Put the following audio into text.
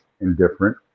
indifferent